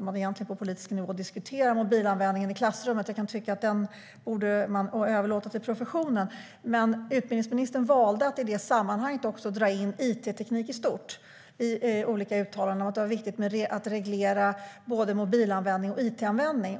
man på politisk nivå diskuterar användningen av mobiltelefoner i klassrummen. Jag tycker att man borde överlåta den frågan till professionen. Men utbildningsministern valde att i det sammanhanget dra in it i stort. Han sade att det var viktigt att reglera både mobilanvändning och it-användning.